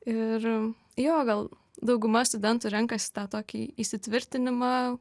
ir jo gal dauguma studentų renkasi tą tokį įsitvirtinimą